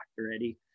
already